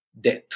death